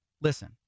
Listen